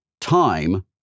time